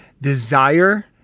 desire